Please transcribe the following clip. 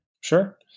Sure